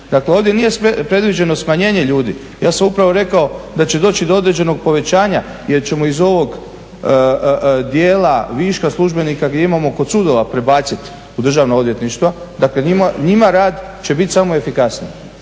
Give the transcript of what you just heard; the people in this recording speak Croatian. Dakle, ovdje nije predviđeno smanjenje ljudi. Ja sam upravo rekao da će doći do određenog povećanja, jer ćemo iz ovog dijela viška službenika gdje imamo kod sudova prebaciti u Državno odvjetništvo. Dakle, njima rad će biti samo efikasniji.